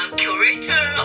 curator